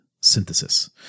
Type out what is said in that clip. synthesis